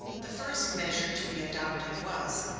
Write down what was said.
the first measure to be adopted was,